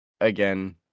again